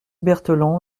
barthelon